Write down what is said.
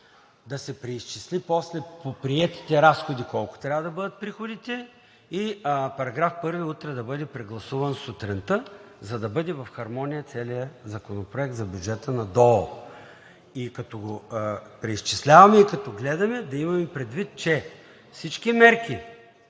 да се преизчисли после по приетите разходи колко трябва да бъдат приходите и § 1 да бъде прегласуван утре сутринта, за да бъде в хармония целият Законопроект за бюджета на ДОО. И като го преизчисляваме и като гледаме, да имаме предвид, че всички мерки,